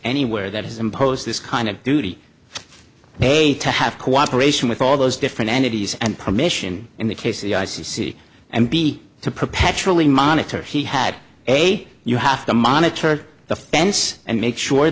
anywhere that has imposed this kind of duty pay to have cooperation with all those different entities and permission in the case of the i c c and b to perpetually monitor he had a you have to monitor the fence and make sure